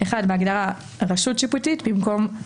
לא, אני בעד עם ישראל, באמת, בתכלס.